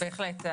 בהחלט.